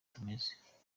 tumeze